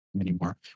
anymore